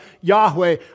Yahweh